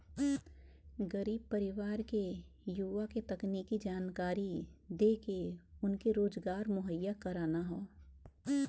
गरीब परिवार के युवा के तकनीकी जानकरी देके उनके रोजगार मुहैया कराना हौ